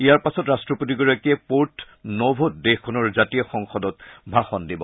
ইয়াৰ পাছত ৰট্টপতিগৰাকীয়ে পৰ্ট ন'ভ'ত দেশখনৰ জাতীয় সংসদত ভাষণ দিব